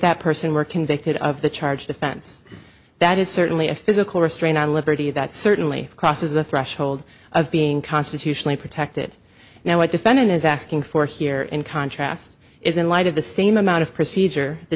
that person were convicted of the charged offense that is certainly a physical restraint on liberty that certainly crosses the threshold of being constitutionally protected now what defendant is asking for here in contrast is in light of the steam out of procedure the